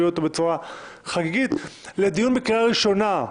אותו בצורה חגיגית לדיון בקריאה ראשונה,